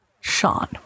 Sean